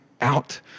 out